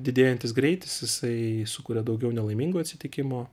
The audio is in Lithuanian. didėjantis greitis jisai sukuria daugiau nelaimingų atsitikimų